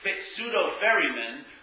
pseudo-ferrymen